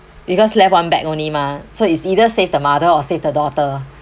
because left one bag only mah so it's either save the mother or save the daughter